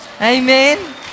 Amen